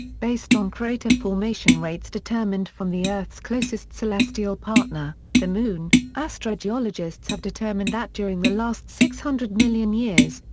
based on crater formation rates determined from the earth's closest celestial partner, the moon, astrogeologists have determined that during the last six hundred million years,